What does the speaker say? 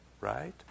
right